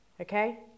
okay